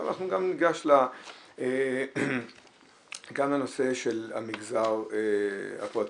אנחנו ניגש עכשיו לנושא של המגזר הפרטי.